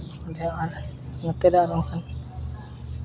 ᱚᱸᱰᱮ ᱦᱚᱸ ᱟᱨ ᱱᱚᱛᱮ ᱨᱮ ᱟᱨ ᱵᱟᱠᱷᱟᱱ